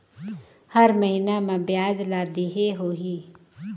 हर महीना मा ब्याज ला देहे होही?